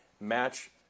match